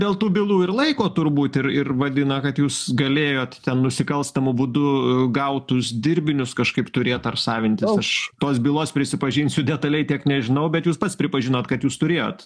dėl tų bylų ir laiko turbūt ir ir vadina kad jūs galėjot ten nusikalstamu būdu gautus dirbinius kažkaip turėt ar savintis aš tos bylos prisipažinsiu detaliai tiek nežinau bet jūs pats pripažinot kad jūs turėjot